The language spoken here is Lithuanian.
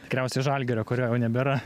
tikriausiai žalgirio kurio jau nebėra